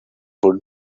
would